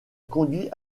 conduit